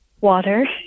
Water